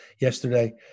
yesterday